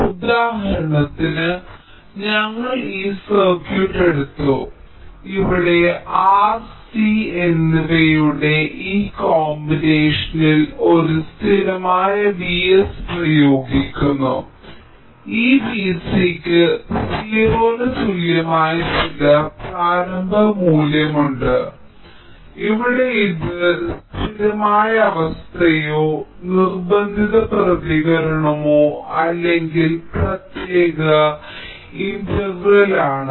ഉദാഹരണത്തിന് ഞങ്ങൾ ഈ സർക്യൂട്ട് എടുത്തു ഇവിടെ R C എന്നിവയുടെ ഈ കോമ്പിനേഷനിൽ ഒരു സ്ഥിരമായ Vs പ്രയോഗിക്കുന്നു ഈ Vc യ്ക്ക് 0 ന് തുല്യമായ ചില പ്രാരംഭ മൂല്യമുണ്ട് ഇവിടെ ഇത് സ്ഥിരമായ അവസ്ഥയോ നിർബന്ധിത പ്രതികരണമോ അല്ലെങ്കിൽ പ്രത്യേക ഇന്റഗ്രൽ ആണ്